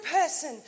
person